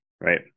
right